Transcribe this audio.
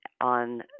on